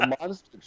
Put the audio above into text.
monster